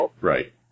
Right